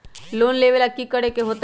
Loan लेवेला की करेके होतई?